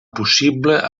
possible